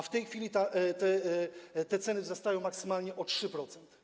W tej chwili te ceny wzrastają maksymalnie o 3%.